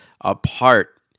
apart